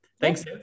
Thanks